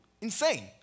Insane